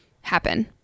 happen